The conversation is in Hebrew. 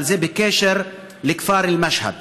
אבל זה בקשר לכפר אל-משהד.